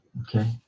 okay